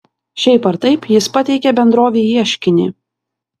šiaip ar taip jis pateikė bendrovei ieškinį